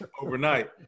overnight